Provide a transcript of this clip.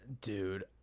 dude